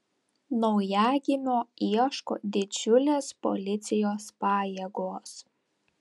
naujagimio ieško didžiulės policijos pajėgos